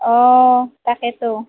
অঁ তাকেটো